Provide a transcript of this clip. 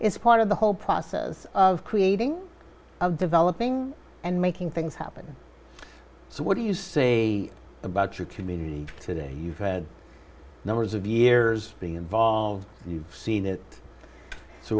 it's part of the whole process of creating developing and making things happen so what do you say about your community today you've had numbers of years being involved you've seen it so